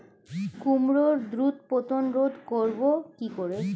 কুমড়োর দ্রুত পতন রোধ করব কি করে?